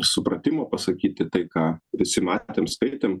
supratimo pasakyti tai ką visi matėm skaitėm